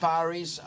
Paris